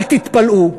אל תתפלאו,